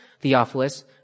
Theophilus